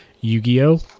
Yu-Gi-Oh